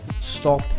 Stop